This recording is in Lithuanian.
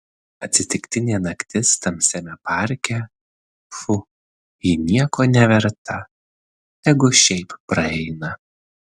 atsitiktinė naktis tamsiame parke pfu ji nieko neverta tegu šiaip praeina